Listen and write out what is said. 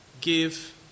give